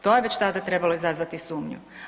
To je već tada trebalo izazvati sumnju.